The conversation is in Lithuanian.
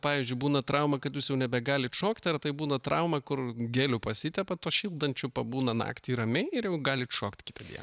pavyzdžiui būna trauma kad jūs jau nebegalit šokti ar tai būna trauma kur geliu pasitepat šildančiu pabūna naktį ramiai ir jau galit šokt kitą dieną